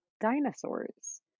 dinosaurs